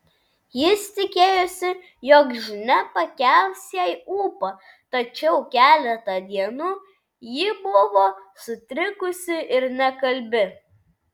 jis tikėjosi jog žinia pakels jai ūpą tačiau keletą dienų ji buvo sutrikusi ir nekalbi